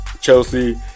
Chelsea